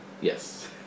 Yes